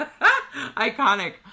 Iconic